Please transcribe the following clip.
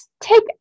take